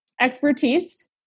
Expertise